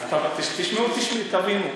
תשמעו ותבינו.